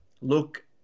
look